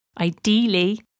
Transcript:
ideally